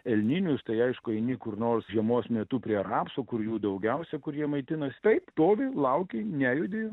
elninius tai aišku eini kur nors žiemos metu prie rapsų kur jų daugiausia kurie jie maitinasi taip stovi lauki nejudi